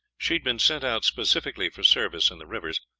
she had been sent out specially for service in the rivers,